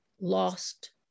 lost